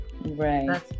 right